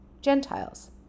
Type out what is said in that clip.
Gentiles